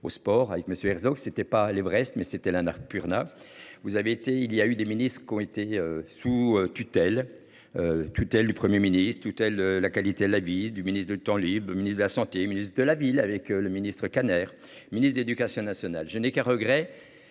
Aux sports avec monsieur Herzog, c'était pas l'Everest. Mais c'était un arbre a vous avez été il y a eu des ministres qui ont été sous tutelle. Tutelle du 1er ministre de tutelle, la qualité de la visite du ministre de temps libre au ministre de la santé et ministre de la ville avec le ministre Kader ministre d'éducation nationale. Je n'ai qu'un regret,